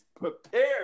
prepared